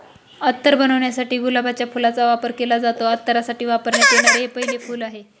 अत्तर बनवण्यासाठी गुलाबाच्या फुलाचा वापर केला जातो, अत्तरासाठी वापरण्यात येणारे हे पहिले फूल आहे